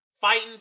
fighting